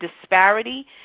disparity